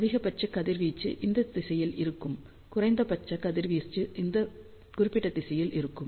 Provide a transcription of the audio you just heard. அதிகபட்ச கதிர்வீச்சு இந்த திசையில் இருக்கும் குறைந்தபட்ச கதிர்வீச்சு இதில் குறிப்பிட்ட திசையில் இருக்கும்